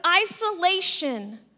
isolation